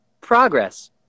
progress